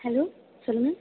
hello சொல்லுங்கள்